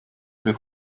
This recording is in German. für